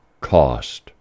cost